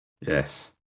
Yes